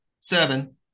Seven